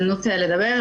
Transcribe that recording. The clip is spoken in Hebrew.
לדבר,